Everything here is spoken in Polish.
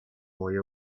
moje